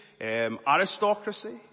aristocracy